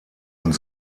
und